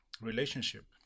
Relationship